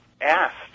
asked